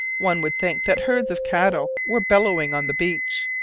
one would think that herds of cattle were bellowing on the beach.